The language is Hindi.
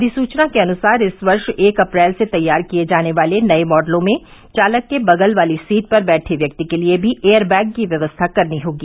अधिसूचना के अनुसार इस वर्ष एक अप्रैल से तैयार किए जाने वाले नये मॉडलों में चालक के बगल वाली सीट पर बैठे व्यक्ति के लिये भी एयर बैग की व्यवस्था करनी होगी